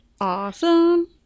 Awesome